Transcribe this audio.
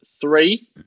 three